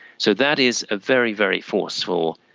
so that is a very, very forceful,